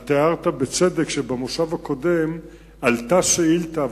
הערת בצדק שבמושב הקודם עלתה שאילתא,